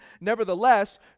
nevertheless